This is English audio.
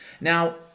Now